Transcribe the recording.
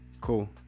cool